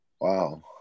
Wow